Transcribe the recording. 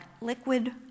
liquid